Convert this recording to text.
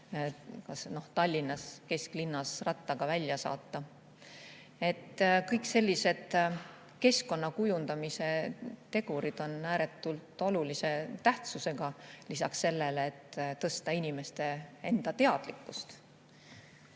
lapse Tallinnas kesklinnas rattaga välja saata. Kõik sellised keskkonna kujundamise tegurid on ääretult olulise tähtsusega, lisaks sellele, et tõsta inimeste enda teadlikkust.